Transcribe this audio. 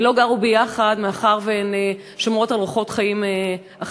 הם לא גרו ביחד מאחר שהן שומרות על אורחות חיים אחרים.